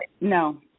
No